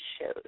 shows